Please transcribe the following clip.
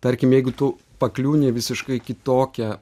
tarkim jeigu tu pakliūni į visiškai kitokią